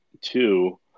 two